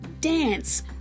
dance